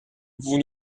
vous